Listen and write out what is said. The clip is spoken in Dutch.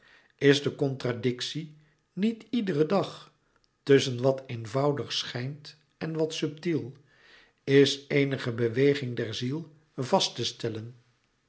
is de contradictie niet iederen dag tusschen wat eenvoudig schijnt en wat subtiel is eenige beweging der ziel vast te stellen